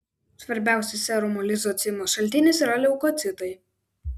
svarbiausias serumo lizocimo šaltinis yra leukocitai